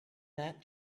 that